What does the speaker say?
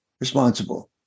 responsible